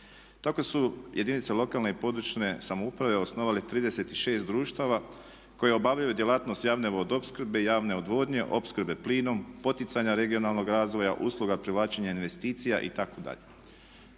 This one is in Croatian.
Tako su jedinice lokalne i područne samouprave osnovale 36 društava koje obavljaju djelatnost javne vodoopskrbe, javne odvodnje, opskrbe plinom, poticanja regionalnog razvoja, usluga privlačenja investicija itd..